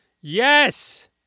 Yes